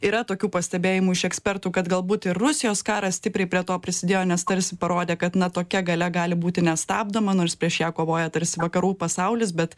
yra tokių pastebėjimų iš ekspertų kad galbūt ir rusijos karas stipriai prie to prisidėjo nes tarsi parodė kad na tokia galia gali būti nestabdoma nors prieš ją kovoja tarsi vakarų pasaulis bet